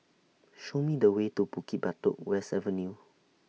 Show Me The Way to Bukit Batok West Avenue